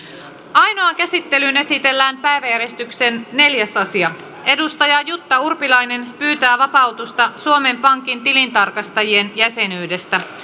ainoaan käsittelyyn esitellään päiväjärjestyksen neljäs asia jutta urpilainen pyytää vapautusta suomen pankin tilintarkastajien jäsenyydestä